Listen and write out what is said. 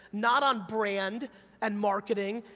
not on brand and marketing,